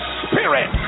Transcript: spirit